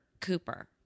cooper